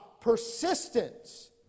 persistence